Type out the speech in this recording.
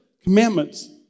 commandments